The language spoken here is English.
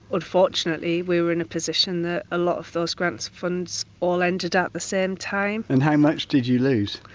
unfortunately, we were in a position that a lot of those grant funds all ended at the same time and how much did you lose?